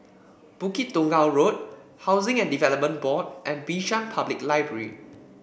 Bukit Tunggal Road Housing and Development Board and Bishan Public Library